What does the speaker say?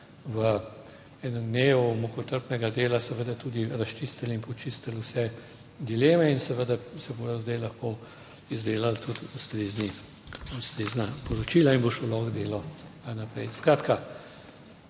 v enem dnevu mukotrpnega dela seveda tudi razčistili in počistili vse dileme in seveda se bodo zdaj lahko izdelali tudi ustrezna poročila in bo šlo lahko delo naprej. Skratka,